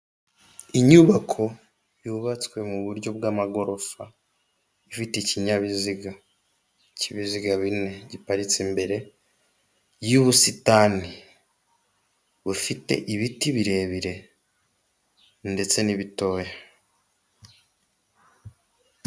Etajeri y'umweru, hejuru harimo ibintu by'imitako, hagati hakaba hari uducupa, ibumoso ni uducupa wagira ngo ni imiti, iburyo ni uducupa wagira ngo turimo amavuta, uducupa tw'amavuta, hasi hakaba hari n'ibintu by'imitako.